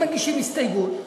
אם מגישים הסתייגות,